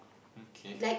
okay